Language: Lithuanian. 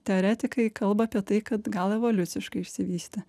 teoretikai kalba apie tai kad gal evoliuciškai išsivystė